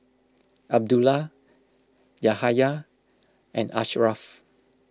Abdullah Yahaya and Ashraf